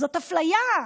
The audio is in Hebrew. זאת אפליה.